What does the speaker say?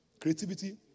creativity